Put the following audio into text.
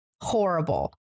horrible